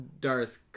Darth